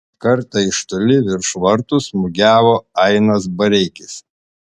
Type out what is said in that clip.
kartą iš toli virš vartų smūgiavo ainas bareikis